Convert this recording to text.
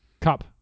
Cup